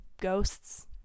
ghosts